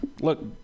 Look